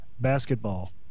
Basketball